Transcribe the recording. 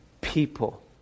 people